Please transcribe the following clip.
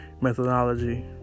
methodology